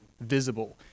visible